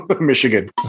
Michigan